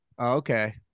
Okay